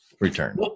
return